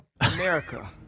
America